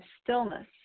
stillness